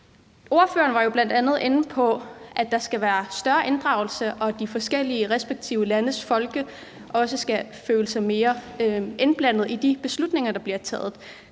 Ordføreren var jo bl.a. inde på, at der skal være en større inddragelse, og at de respektive landes folk også skal føle sig mere inddraget i de beslutninger, der bliver taget.